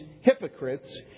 hypocrites